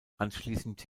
anschließend